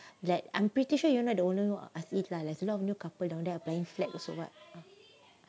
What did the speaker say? like I'm pretty sure you are not the only owner like this lah there's a lot of new couple that are buying flat also what